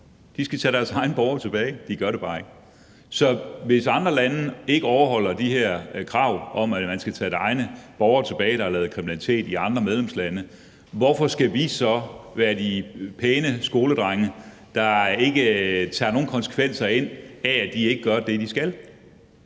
De skal tage deres egne borgere tilbage; de gør det bare ikke. Så hvis andre lande ikke overholder de her krav om, at man skal tage egne borgere, der har lavet kriminalitet i andre medlemslande, tilbage, hvorfor skal vi så være de pæne skoledrenge, der ikke tager nogen konsekvenser af, at de ikke gør det, de skal?